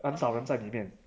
很少人在里面